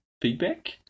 feedback